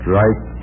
right